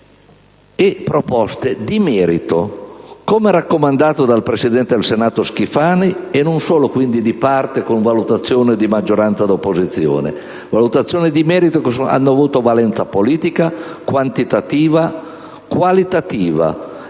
proposte di merito, come raccomandato dal presidente del Senato Schifani, e non solo quindi di parte, con valutazioni di maggioranza o di opposizione, che hanno avuto una valenza politica, quantitativa e qualitativa.